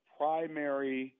primary